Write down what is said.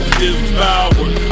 devoured